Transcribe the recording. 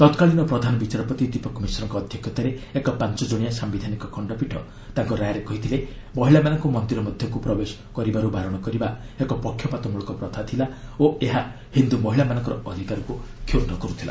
ତତ୍କାଳୀନ ପ୍ରଧାନ ବିଚାରପତି ଦୀପକ ମିଶ୍ରଙ୍କ ଅଧ୍ୟକ୍ଷତାରେ ଏକ ପାଞ୍ଚ ଜଣିଆ ସାୟିଧାନିକ ଖଣ୍ଡପୀଠ ତାଙ୍କ ରାୟରେ କହିଥିଲେ ମହିଳାମାନଙ୍କୁ ମନ୍ଦିର ମଧ୍ୟକୁ ପ୍ରବେଶ କରିବାରୁ ବାରଣ କରିବା ଏକ ପକ୍ଷପାତ ମୂଳକ ପ୍ରଥା ଥିଲା ଓ ଏହା ହିନ୍ଦୁ ମହିଳାମାନଙ୍କ ଅଧିକାରକୁ କ୍ଷୁର୍ଣ୍ଣ କରୁଥିଲା